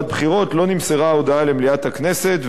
בחירות לא נמסרה ההודעה למליאת הכנסת,